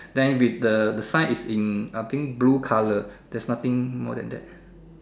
then with the the sign is in I think blue colour there's nothing more than that